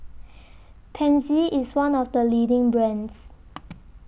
Pansy IS one of The leading brands